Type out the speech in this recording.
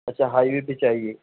اچھا highway پہ چاہیے